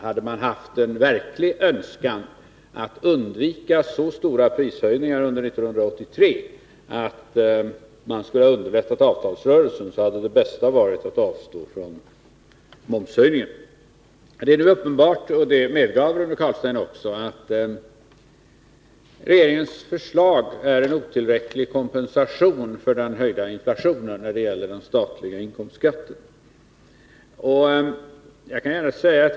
Hade man haft en verklig önskan att undvika stora prishöjningar under 1983 för att därigenom kunna underlätta avtalsrörelsen, hade det bästa varit att avstå från momshöjningen. Det är uppenbart — det medgav även Rune Carlstein — att regeringens förslag innebär en otillräcklig kompensation för den ökade inflationen när det gäller den statliga inkomstskatten.